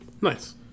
Nice